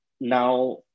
now